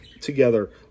together